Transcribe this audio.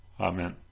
Amen